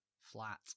flat